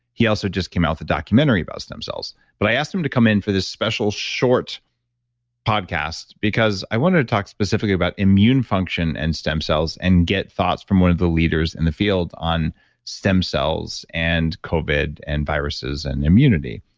he also just came out with a documentary about stem cells. but i asked him to come in for this special short podcast, because i wanted to talk specifically about immune function, and stem cells and get thoughts from one of the leaders in the field on stem cells, and covid, and viruses, and immunity.